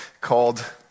called